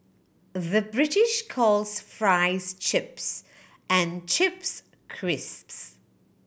the British calls fries chips and chips crisps